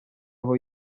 aho